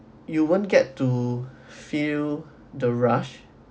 you won't get to feel the rush